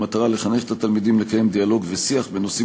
במטרה לחנך את התלמידים לקיים דיאלוג ושיח בנושאים